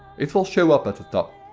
it will show up at the top.